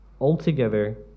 altogether